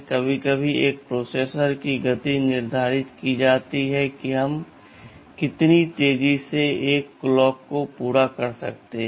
कभी कभी एक प्रोसेसर की गति निर्धारित की जाती है कि हम कितनी तेजी से एक घड़ी पूरा कर सकते हैं